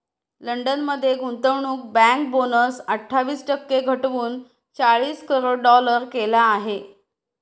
London मध्ये गुंतवणूक bank bonus अठ्ठावीस टक्के घटवून चाळीस करोड डॉलर केला आहे